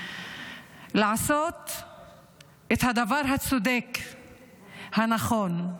לעשות את הדבר הצודק והנכון.